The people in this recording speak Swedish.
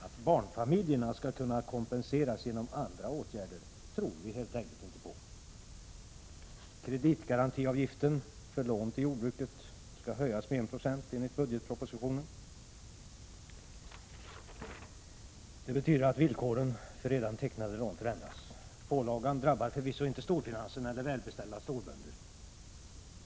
Att barnfamiljerna skall kunna kompenseras genom andra åtgärder tror vi helt enkelt inte på. Kreditgarantiavgiften för lån till jordbruket skall höjas med 1 96 enligt budgetpropositionen. Det betyder att villkoren för redan tecknade lån förändras. Pålagan drabbar förvisso inte storfinansen eller välbeställda storbönder.